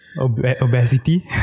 obesity